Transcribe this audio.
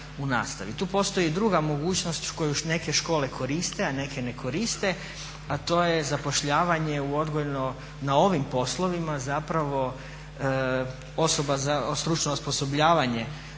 Tu postoji druga mogućnost koju neke škole koriste, a neke ne koriste a to je zapošljavanje u odgojno, na ovim poslovima zapravo osoba za stručno osposobljavanje